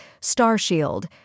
Starshield